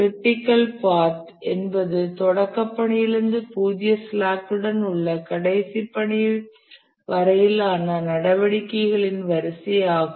critical path என்பது தொடக்கப் பணியிலிருந்து பூஜ்ஜிய ஸ்லாக்குடன் உள்ள கடைசி பணி வரையிலான நடவடிக்கைகளின் வரிசை ஆகும்